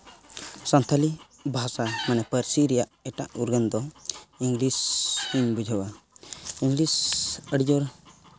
ᱥᱟᱱᱛᱟᱲᱤ ᱵᱷᱟᱥᱟ ᱢᱟᱱᱮ ᱯᱟᱹᱨᱥᱤ ᱨᱮᱭᱟᱜ ᱮᱴᱟᱜ ᱩᱨᱜᱟᱹᱱ ᱫᱚ ᱤᱝᱞᱤᱥ ᱜᱤᱧ ᱵᱩᱡᱷᱟᱹᱣᱟ ᱤᱝᱞᱤᱥ ᱟᱹᱰᱤᱡᱳᱨ